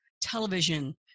television